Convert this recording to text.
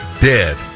dead